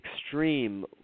extreme